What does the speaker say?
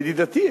ידידתי,